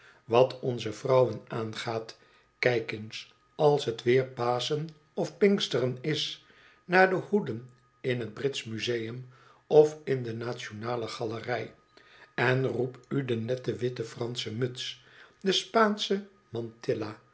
wat onze vrouwen aangaat kijk eens als t weer paschen of pinksteren is naar de hoeden in t britsch museum of in de nationale galerij en roep u de nette witte pransche muts de spaansche mantilla